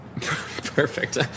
Perfect